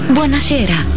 Buonasera